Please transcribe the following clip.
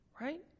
right